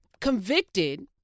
convicted